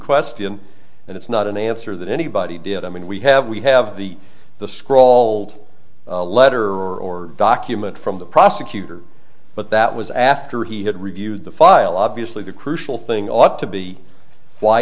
question and it's not an answer that anybody did i mean we have we have the the scrawled letter or document from the prosecutor but that was after he had reviewed the file obviously the crucial thing ought to be why